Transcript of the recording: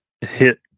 hit